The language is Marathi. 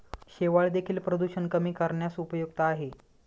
शेवाळं देखील प्रदूषण कमी करण्यास उपयुक्त आहे